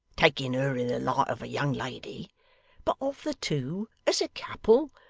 taking her in the light of a young lady but of the two as a couple,